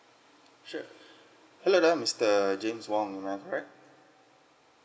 sure hello uh mister james wong am I correct